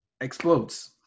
explodes